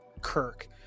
Kirk